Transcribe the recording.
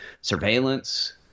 surveillance